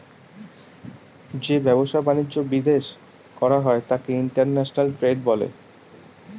যে ব্যবসা বাণিজ্য বিদেশ করা হয় তাকে ইন্টারন্যাশনাল ট্রেড বলে